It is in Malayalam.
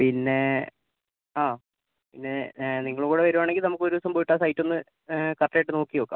പിന്നെ ആ പിന്നെ നിങ്ങളും കൂടെ വരുവാണെങ്കിൽ നമുക്ക് ഒരു ദിവസം പോയിട്ട് ആ സൈറ്റ് ഒന്ന് കറക്റ്റ് ആയിട്ട് നോക്കി നോക്കാം